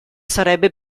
sarebbe